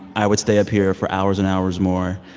i would stay up here for hours and hours more.